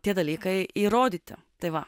tie dalykai įrodyti tai va